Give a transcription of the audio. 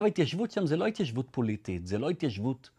‫אבל ההתיישבות שם זה לא ‫התיישבות פוליטית, זה לא ההתיישבות...